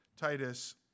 Titus